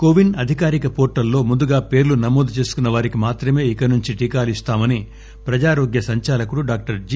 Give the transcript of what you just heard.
CoWIN అధికారిక పోర్టల్లో ముందుగా పేర్లు నమోదు చేసుకున్న వారికి మాత్రమే ఇక నుంచి టీకాలను ఇస్తామని ప్రజారోగ్య సందాలకుడు డాక్టర్ జి